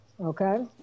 Okay